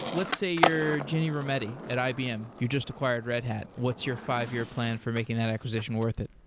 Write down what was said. let's say you're ginni rometty at ibm. you just acquired red hat. what's your five-year plan for making that acquisition worth it?